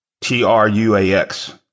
T-R-U-A-X